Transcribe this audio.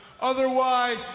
Otherwise